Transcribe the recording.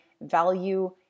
value